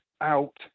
out